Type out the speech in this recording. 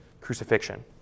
crucifixion